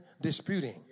disputing